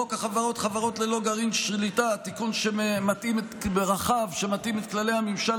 חוק החברות (חברות ללא גרעין שליטה) תיקון רחב שמתאים את כללי הממשל